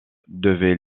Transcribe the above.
devaient